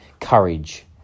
courage